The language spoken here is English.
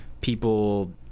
people